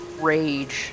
rage